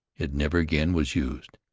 it never again was used,